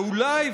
אולי,